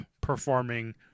performing